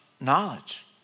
knowledge